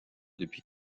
depuis